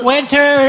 Winter